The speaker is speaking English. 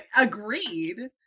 Agreed